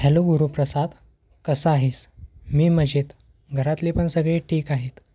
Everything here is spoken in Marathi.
हॅलो गुरुप्रसाद कसा आहेस मी मजेत घरातले पण सगळे ठीक आहेत